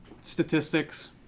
statistics